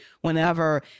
whenever